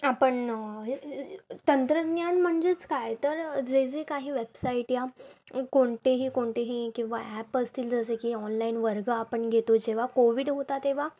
आपण तंत्रज्ञान म्हणजेच काय तर जे जे काही वेबसाईट या कोणतेही कोणतेही किंवा ॲप असतील जसे की ऑनलाईन वर्ग आपण घेतो जेव्हा कोविड होता तेव्हा